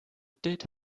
did